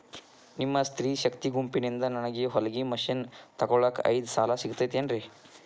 ನಿಮ್ಮ ಸ್ತ್ರೇ ಶಕ್ತಿ ಗುಂಪಿನಿಂದ ನನಗ ಹೊಲಗಿ ಮಷೇನ್ ತೊಗೋಳಾಕ್ ಐದು ಸಾಲ ಸಿಗತೈತೇನ್ರಿ?